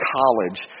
college